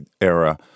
era